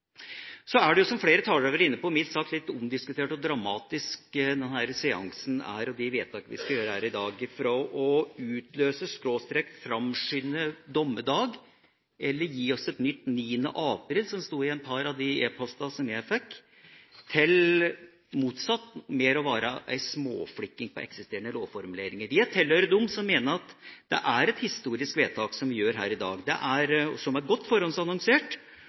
jo, som flere talere har vært inne på, mildt sagt litt omdiskutert hvor dramatisk denne seansen og de vedtak vi skal gjøre her i dag, er – fra å utløse/framskynde dommedag, eller gi oss et nytt 9. april, som det sto i et par av de e-postene som jeg fikk, til det motsatte, mer å være småflikking på eksisterende lovformuleringer. Jeg tilhører dem som mener at det er et historisk vedtak vi gjør her i dag, som er godt forhåndsannonsert, som er veldig godt